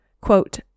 Quote